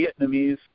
Vietnamese